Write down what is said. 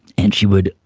and she would,